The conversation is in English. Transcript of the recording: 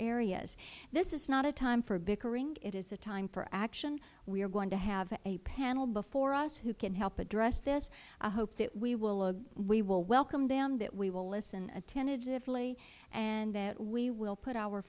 areas this is not a time for bickering it is a time for action we are going to have a panel before us who can help address this i hope that we will welcome them that we will listen attentively and that we will put our